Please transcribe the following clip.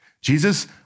Jesus